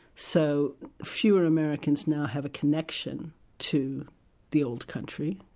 so fewer americans now have a connection to the old country.